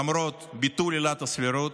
למרות ביטול עילת הסבירות,